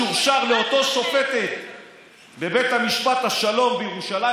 ומשם זה משורשר לאותה שופטת בבית משפט השלום בירושלים,